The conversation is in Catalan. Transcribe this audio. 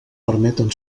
permeten